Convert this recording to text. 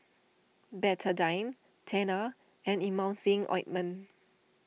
Betadine Tena and Emulsying Ointment